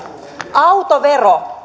autovero